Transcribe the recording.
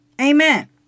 Amen